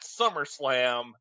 SummerSlam